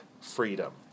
freedom